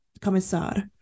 Commissar